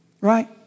right